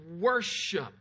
worship